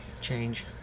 Change